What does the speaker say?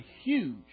huge